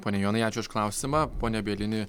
pone jonai ačiū už klausimą pone bielini